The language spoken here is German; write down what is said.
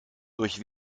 durch